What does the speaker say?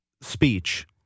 speech